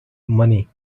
money